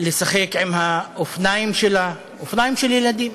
לשחק עם האופניים שלה, אופניים של ילדים.